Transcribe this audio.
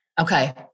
Okay